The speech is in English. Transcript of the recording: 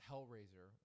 Hellraiser